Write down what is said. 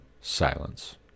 silence